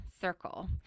circle